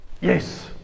yes